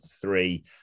three